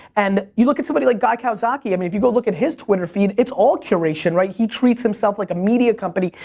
and you look at somebody like guy kawasaki. i mean people look at his twitter feed, it's all curation. he treats himself like a media company.